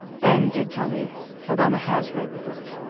ben did tell me obama has read the book